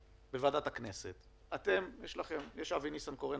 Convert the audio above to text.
כל ועדת הכספים בפורמט שעליו אתה מדבר,